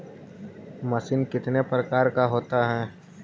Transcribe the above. Machine कितने प्रकार का होता है?